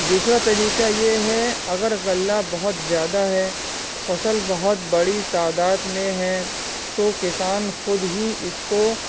دوسرا طریقہ یہ ہے اگر غلہ بہت زیادہ ہے فصل بہت بڑی تعداد میں ہے تو کسان خود ہی اس کو